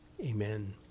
Amen